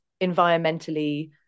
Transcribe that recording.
environmentally